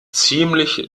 ziemlich